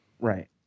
Right